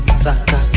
saka